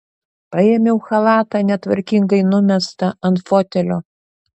paėmiau chalatą netvarkingai numestą ant fotelio